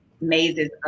mazes